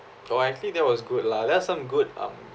oh actually there was good lah there are some good um